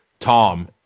Tom